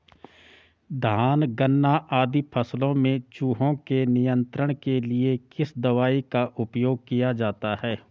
धान गन्ना आदि फसलों में चूहों के नियंत्रण के लिए किस दवाई का उपयोग किया जाता है?